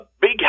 big